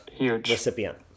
recipient